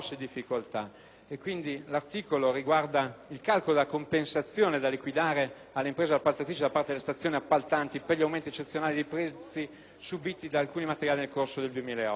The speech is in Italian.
il tema del calcolo della compensazione da liquidare all’impresa appaltatrice da parte delle stazioni appaltanti per gli aumenti eccezionali dei prezzi subiti da alcuni materiali nel corso del 2008.